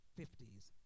fifties